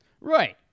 Right